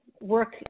Work